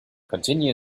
continue